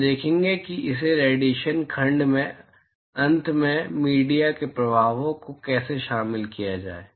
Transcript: हम देखेंगे कि इस रेडिएशन खंड के अंत में मीडिया के प्रभावों को कैसे शामिल किया जाए